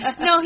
no